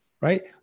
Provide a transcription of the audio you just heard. right